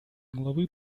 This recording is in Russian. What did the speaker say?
главы